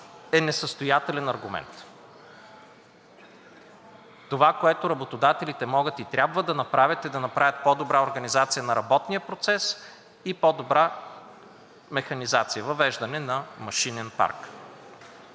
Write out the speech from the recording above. е несъстоятелен аргумент. Това, което работодателите могат и трябва да направят, е да направят по-добра организация на работния процес и по-добра механизация – въвеждане на машинен парк.